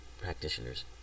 practitioners